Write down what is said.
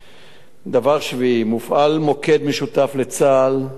דבר שביעי, מופעל מוקד משותף לצה"ל ולמשטרה,